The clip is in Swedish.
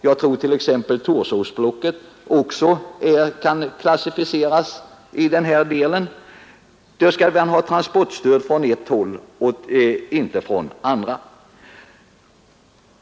Jag tror t.ex. att även Torsåsblocket hör till dessa områden. Det skall lämnas transportstöd till ett håll och inte till andra.